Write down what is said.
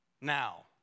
Now